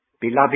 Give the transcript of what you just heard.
Beloved